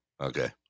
okay